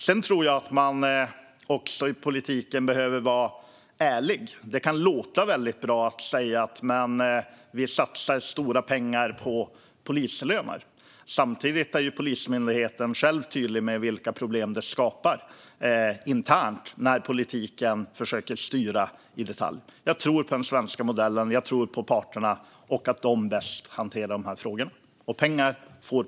Sedan tror jag att man också i politiken behöver vara ärlig. Det kan låta väldigt bra att säga att vi satsar stora pengar på polislöner. Samtidigt är Polismyndigheten själv tydlig med vilka problem det skapar internt när politiken försöker styra i detalj. Jag tror på den svenska modellen. Jag tror på parterna och att de bäst hanterar de här frågorna.